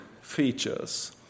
features